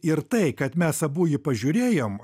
ir tai kad mes abu jį pažiūrėjom